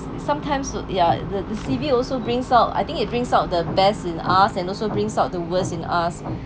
sometimes yeah the the C_B also brings out I think it brings out the best in us and also brings out the worst in us